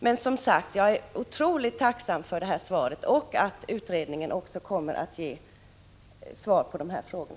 Jag är dock, som sagt, oerhört tacksam för svaret och för beskedet att utredningen om den medicintekniska säkerheten kommer att ta upp dessa frågor.